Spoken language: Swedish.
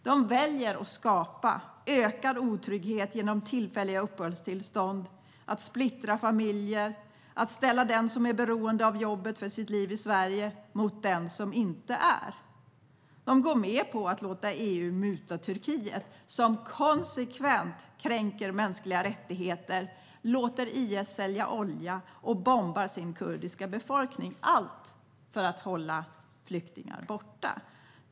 De väljer att skapa ökad otrygghet genom att ge tillfälliga uppehållstillstånd, splittra familjer och ställa den som är beroende av jobbet för sitt liv i Sverige mot den som inte är det. De går med på att låta EU muta Turkiet som konsekvent kränker mänskliga rättigheter, låter IS sälja olja och bombar sin kurdiska befolkning, allt för att hålla flyktingar borta.